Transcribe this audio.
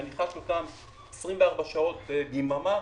ואני אתם 24 שעות ביממה,